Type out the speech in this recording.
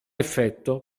effetto